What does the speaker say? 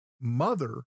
mother